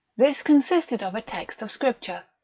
this consisted of a text of scripture.